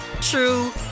true